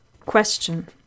Question